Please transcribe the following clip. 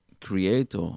creator